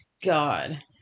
God